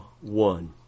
one